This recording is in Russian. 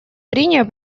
прения